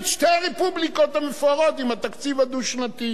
שתי הרפובליקות המפוארות עם התקציב הדו-שנתי.